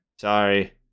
sorry